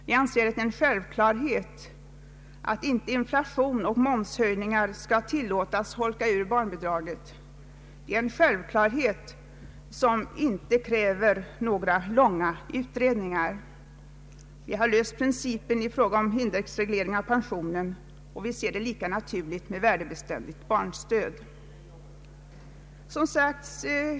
Vi anser att det är en självklarhet att inte inflation och momshöjningar skall få holka ur barnbidraget, en självklarhet som inte kräver några långa utredningar. Vi har den principen i fråga om indexreglering av pensionen, och vi anser det lika naturligt med = värdebeständigt barnstöd.